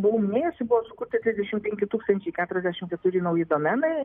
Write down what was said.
buvau minėjusi buvo sukurti trisdešimt penki tūkstančiai keturiasdešimt keturi nauji domenai